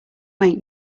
make